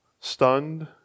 stunned